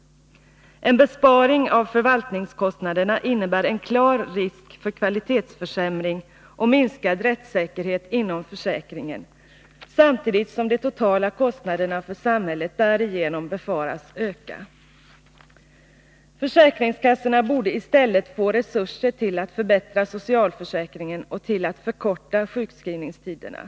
En besparing av förvaltningskostnaderna innebär en klar risk för kvalitetsförsämring och minskad rättssäkerhet inom försäkringen, samtidigt som de totala kostna derna för samhället därigenom befaras öka. Försäkringskassorna borde i Nr 152 stället få resurser till att förbättra socialförsäkringen och till att förkorta Fredagen den sjukskrivningstiderna.